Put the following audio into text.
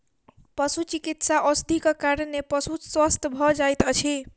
पशुचिकित्सा औषधिक कारणेँ पशु स्वस्थ भ जाइत अछि